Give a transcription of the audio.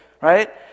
right